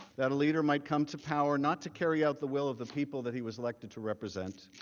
that a leader might come to power not to carry out the will of the people that he was elected to represent